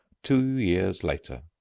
two years later.